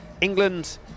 England